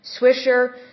Swisher